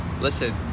Listen